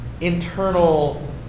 internal